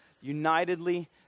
unitedly